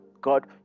God